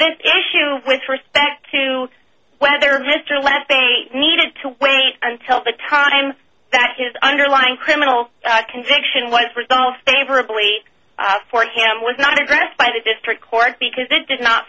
only issue with respect to whether mr left they needed to wait until the time that his underlying criminal conviction was resolved favorably for him was not addressed by the district court because it does not